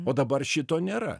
o dabar šito nėra